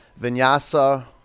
vinyasa